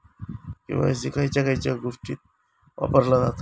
KYC खयच्या खयच्या गोष्टीत वापरला जाता?